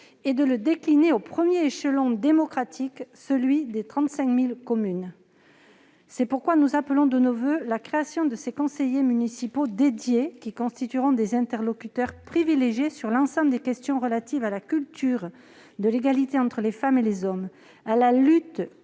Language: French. et de le décliner au premier échelon démocratique, celui des 35 000 communes. C'est pourquoi nous appelons de nos voeux la création de ces conseillers municipaux dédiés, qui constitueront des interlocuteurs privilégiés sur l'ensemble des questions relatives à l'égalité entre les femmes et les hommes, à la lutte